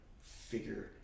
figure